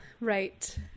Right